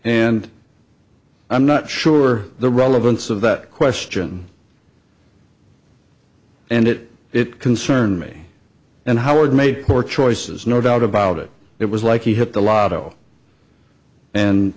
and i'm not sure the relevance of that question and it it concern me and howard made poor choices no doubt about it it was like he hit the lotto and